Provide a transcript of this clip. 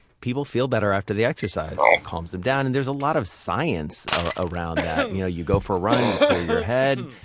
people feel better after they exercise. it calms them down, and there's a lot of science around that. you know, you go for a run you clear your head,